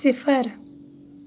صِفر